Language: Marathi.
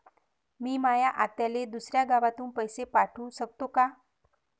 मी माया आत्याले दुसऱ्या गावातून पैसे पाठू शकतो का?